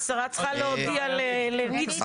השרה צריכה להודיע לנצבא.